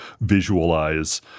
visualize